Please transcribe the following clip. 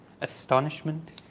Astonishment